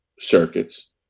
circuits